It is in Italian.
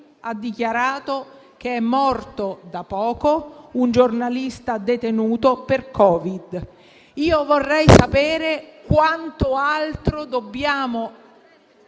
ha dichiarato che è morto da poco un giornalista detenuto per Covid. Vorrei sapere quanto altro dobbiamo